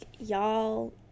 y'all